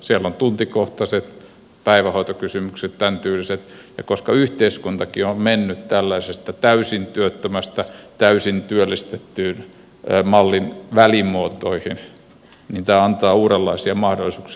siellä on tuntikohtaiset päivähoitokysymykset tämäntyyliset ja koska yhteiskuntakin on mennyt tällaisesta täysin työttömästä mallin ja täysin työllistetyn mallin välimuotoihin niin tämä antaa uudenlaisia mahdollisuuksia